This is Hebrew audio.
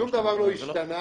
שום דבר לא השתנה.